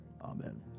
Amen